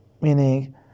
meaning